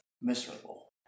miserable